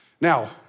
Now